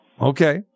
Okay